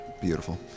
Beautiful